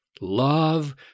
love